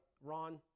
Ron